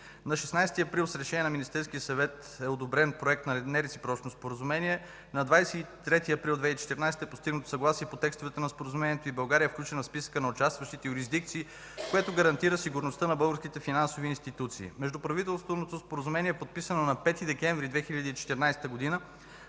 На 16 април с Решение на Министерския съвет е одобрен проект на нереципрочно Споразумение. На 23 април 2014 г. е постигнато съгласие по текстовете на Споразумението и България е включена в списъка на участващите юрисдикции, което гарантира сигурността на българските финансови институции. Междуправителственото Споразумение е подписано на 5 декември 2014 г. За